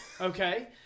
Okay